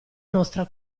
nostra